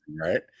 right